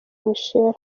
michel